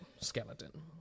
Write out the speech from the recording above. skeleton